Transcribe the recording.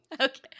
Okay